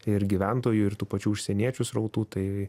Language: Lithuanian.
ir gyventojų ir tų pačių užsieniečių srautų tai